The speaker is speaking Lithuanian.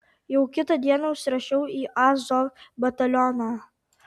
jau kitą dieną užsirašiau į azov batalioną